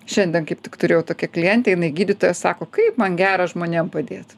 šiandien kaip tik turėjau tokią klientę jinai gydytoja sako kaip man gera žmonėm padėt